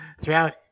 throughout